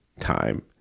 time